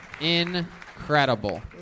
incredible